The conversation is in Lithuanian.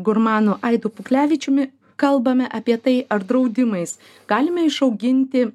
gurmanu aidu puklevičiumi kalbame apie tai ar draudimais galime išauginti